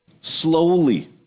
slowly